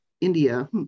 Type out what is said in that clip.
India